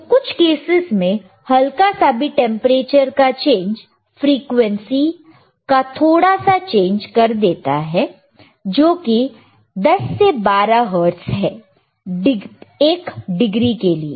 तो कुछ कैसेस में हल्का सा भी टेंपरेचर का चेंज फ्रीक्वेंसी को थोड़ा सा चेंज कर देता है जो कि 10 से 12 हर्ट्ज़ है 1 डिग्री के लिए